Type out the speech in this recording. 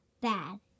Bad